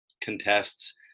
contests